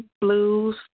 blues